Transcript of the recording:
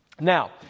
Now